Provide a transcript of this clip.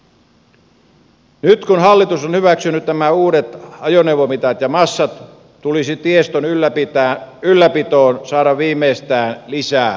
nyt kun hallitus on hyväksynyt nämä uudet ajoneuvomitat ja massat tulisi tiestön ylläpitoon saada viimeistään lisää rahaa